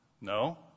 No